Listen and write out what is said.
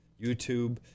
YouTube